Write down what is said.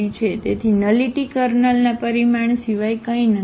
તેથી નલિટી કર્નલના પરિમાણ સિવાય કંઈ નથી